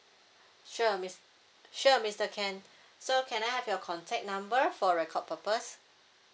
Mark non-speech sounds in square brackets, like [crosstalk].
[breath] sure mis~ sure mister ken [breath] so can I have your contact number for record purpose